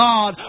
God